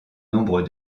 nombre